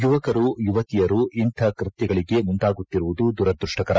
ಯುವಕರು ಯುವತಿಯರು ಇಂಥ ಕೃತ್ಯಗಳಿಗೆ ಮುಂದಾಗುತ್ತಿರುವುದು ದುರದೃಷ್ಟಕರ